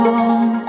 long